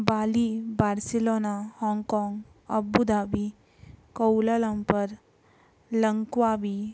बाली Barcelona हाँगकाँग Abu Dhabi Kuala Lumpur Langkawi